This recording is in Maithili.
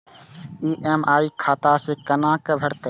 ई.एम.आई खाता से केना कटते?